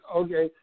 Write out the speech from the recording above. okay